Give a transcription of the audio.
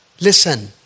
Listen